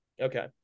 Okay